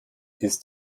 ist